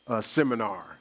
seminar